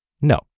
No